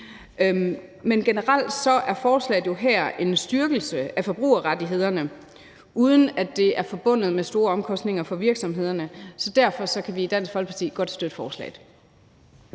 ind. Generelt er forslaget her jo en styrkelse af forbrugerrettighederne, uden at det er forbundet med store omkostninger for virksomhederne. Så derfor kan vi i Dansk Folkeparti godt støtte forslaget.